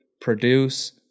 produce